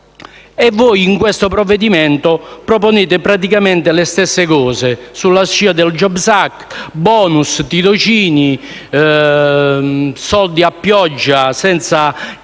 Voi, in questo provvedimento, proponete praticamente le stesse cose, sulla scia di *jobs act*, *bonus*, tirocini: soldi a pioggia senza